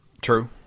True